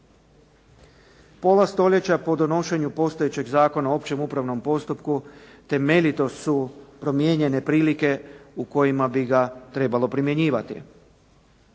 Pola stoljeća po donošenju postojećeg Zakona o općem upravnom postupku temeljito su promijenjene prilike u kojima bi ga trebalo primjenjivati.